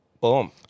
Boom